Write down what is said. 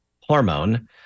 hormone